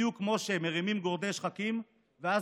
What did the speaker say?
בדיוק כמו שמרימים גורדי שחקים ואז